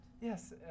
Yes